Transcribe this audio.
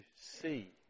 see